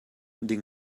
ding